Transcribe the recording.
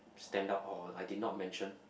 stand out or I did not mention